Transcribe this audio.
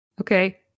Okay